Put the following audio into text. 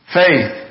faith